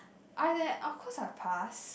that of course I'll pass